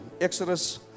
Exodus